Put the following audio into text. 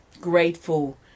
grateful